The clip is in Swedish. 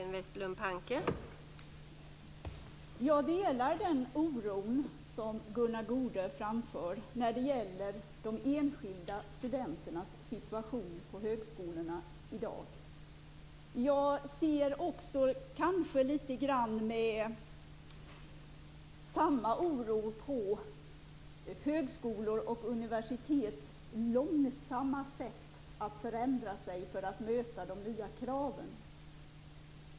Fru talman! Jag delar den oro som Gunnar Goude ger uttryck för när det gäller de enskilda studenternas situation på högskolorna i dag. Jag ser i någon mån med samma oro på högskolors och universitets långsamma sätt att förändra sig för att möta de nya kraven.